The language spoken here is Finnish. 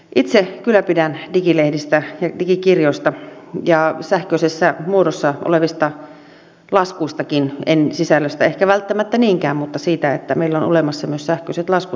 itse kyllä pidän digilehdistä ja digikirjoista ja sähköisessä muodossa olevista laskuistakin en sisällöstä ehkä välttämättä niinkään mutta siitä että meillä on olemassa myös sähköiset laskut